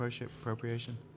appropriation